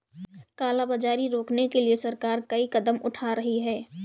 काला बाजारी रोकने के लिए सरकार कई कदम उठा रही है